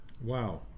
Wow